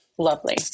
lovely